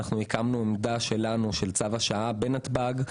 הקמנו עמדה של צו השעה בנתב"ג,